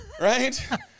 Right